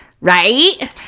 Right